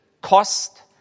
cost